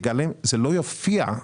זה לא יופיע.